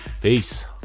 Peace